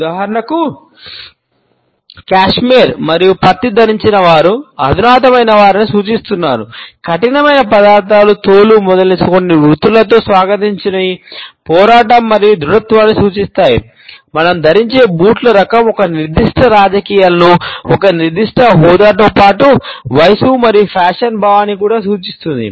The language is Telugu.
ఉదాహరణకు కష్మెరె భావాన్ని కూడా సూచిస్తుంది